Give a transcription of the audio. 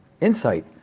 insight